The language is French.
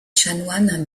chanoines